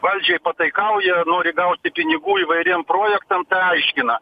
valdžiai pataikauja nori gauti pinigų įvairiem projektam tai aiškina